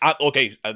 okay